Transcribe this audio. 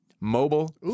mobile